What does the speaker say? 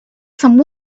some